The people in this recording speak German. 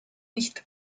nicht